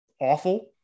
awful